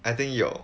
I think 有